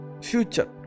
future